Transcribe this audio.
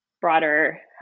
broader